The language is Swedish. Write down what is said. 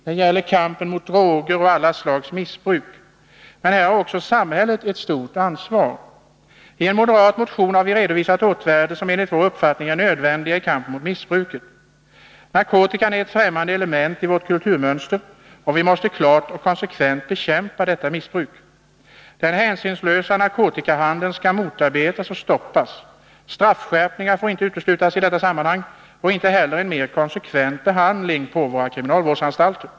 Det gäller kampen mot droger och alla slags missbruk. Men här har också samhället ett stort ansvar. I en moderat motion har vi redovisat åtgärder som enligt vår uppfattning är nödvändiga i kampen mot missbruket. Narkotikan är ett fträmmande element i vårt kulturmönster. Vi måste klart och konsekvent bekämpa narkotikamissbruket. De hänsynslösa narkotikahandlarna skall motarbetas och stoppas. Straffskärpningar får inte uteslutas i detta sammanhang och inte heller en mera konsekvent behandling vid våra kriminalvårdsanstalter.